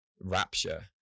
rapture